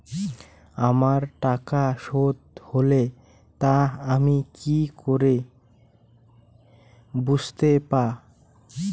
আমার টাকা শোধ হলে তা আমি কি করে বুঝতে পা?